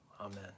amen